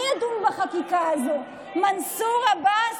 מי ידון בחקיקה הזאת, מנסור עבאס?